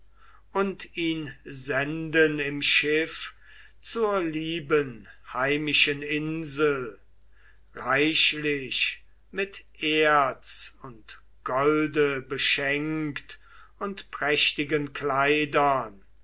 und ihn senden im schiffe zur lieben heimischen insel reichlich mit erz und golde beschenkt und prächtigen kleidern